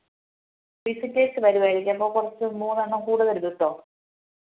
visitors വരുമായിരിക്കും അപ്പം കുറച്ച് മൂന്നെണ്ണം കൂടുതൽ വിട്ടോ